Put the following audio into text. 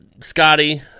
Scotty